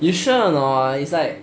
you sure or not it's like